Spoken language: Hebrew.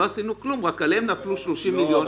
יש לנו כאן חוסר ענק במי יכול לשחרר את זה מלהיות חוק תקציבי.